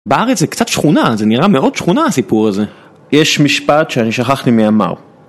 בארץ זה קצת שכונה, זה נראה מאוד שכונה הסיפור הזה. יש משפט שאני שכחתי מי אמר.